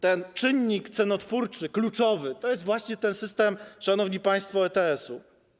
Ten czynnik cenotwórczy, kluczowy, to jest właśnie ten system, szanowni państwo, ETS-u.